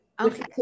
okay